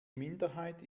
minderheit